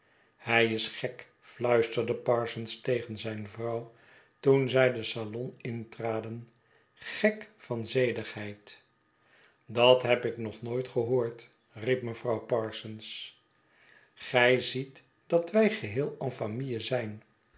hij is gek fluisterde parsons tegen zijn vrouw toen zij den salon intraden gek van zedigheid dat heb ik nog nooit gehoord riep mevrouw parsons gij ziet dat wij geheel en famille zijn